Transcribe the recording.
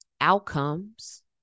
outcomes